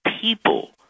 people